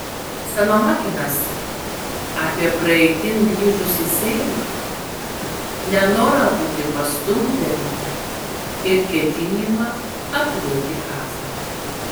salamakinas apie praeitin grįžusį seimą nenorą būti pastumdėliu ir ketinimą aplieti kazlą